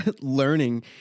learning